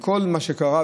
עם כל מה שקרה,